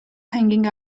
hanging